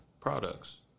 products